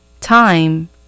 Time